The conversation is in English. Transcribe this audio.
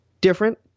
different